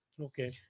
Okay